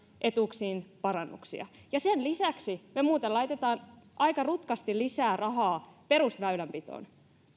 etuuksiin parannuksia ja sen lisäksi me muuten laitamme aika rutkasti lisää rahaa perusväylänpitoon